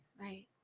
right